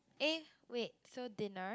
eh wait so dinner